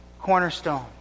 cornerstone